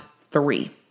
three